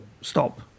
stop